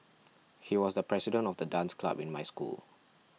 he was the president of the dance club in my school